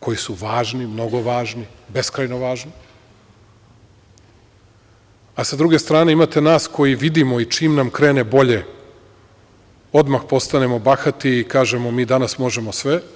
koji su važni, mnogo važni, beskrajno važni, a sa druge strane imate nas koji vidimo i čim nam krene bolje odmah postanemo bahati i kažemo, mi danas možemo sve.